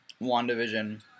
WandaVision